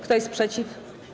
Kto jest przeciw?